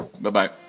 Bye-bye